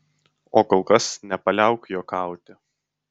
o kol kas nepaliauk juokauti